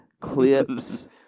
clips